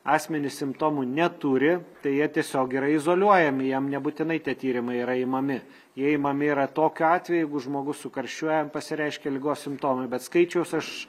asmenys simptomų neturi tai jie tiesiog yra izoliuojami jam nebūtinai tie tyrimai yra imami jie imami yra tokiu atveju jeigu žmogus sukarščiuoja jam pasireiškia ligos simptomai bet skaičiaus aš